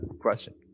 question